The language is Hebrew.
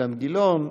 אילן גילאון,